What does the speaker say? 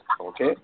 okay